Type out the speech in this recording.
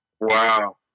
Wow